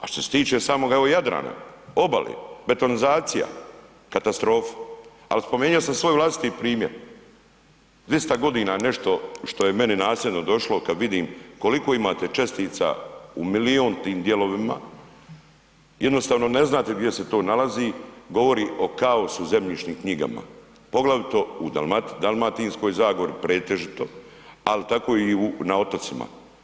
A što se tiče samoga evo Jadrana, obale, betonizacija katastrofa, al spomenuo sam svoj vlastiti primjer, 200 godina nešto što je meni nasljedno došlo, kad vidim koliko imate čestica u milijuntim dijelovima, jednostavno ne znate gdje se to nalazi, govori o kaosu u zemljišnim knjigama, poglavito u Dalmatinskoj zagori pretežito, al tako je i na otocima.